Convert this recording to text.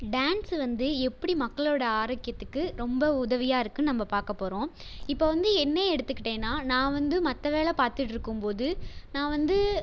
dance வந்து எப்படி மக்களோடய ஆரோக்கியத்துக்கு ரொம்ப உதவியாக இருக்குன்னு நம்ப பார்க்க போகிறோம் இப்போ வந்து என்னையே எடுத்துகிட்டேன்னா நான் வந்து மற்ற வேலை பார்த்துட்டு இருக்கும் போது நான் வந்து